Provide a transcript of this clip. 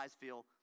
feel